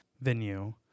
venue